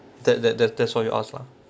that that that that's what you ask lah